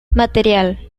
material